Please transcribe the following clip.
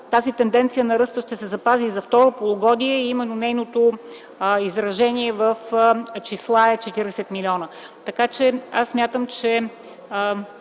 тази тенденция на ръста ще се запази и за второто полугодие, а именно нейното изражение в числа е 40 милиона. Смятам, че